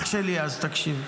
-- אח שלי, אז תקשיב.